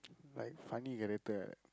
like funny character like that